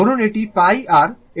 ধরুন এটি π আর এটি 2π